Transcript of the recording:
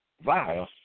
via